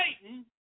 Satan